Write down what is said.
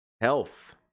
health